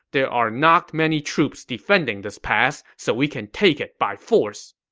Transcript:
there are not many troops defending this pass, so we can take it by force.